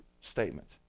statement